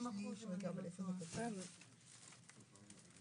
בתרגום לשפת סימנים